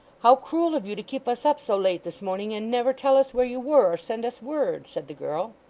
how cruel of you to keep us up so late this morning, and never tell us where you were, or send us word said the girl.